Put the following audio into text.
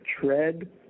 tread